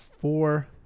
four